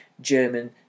German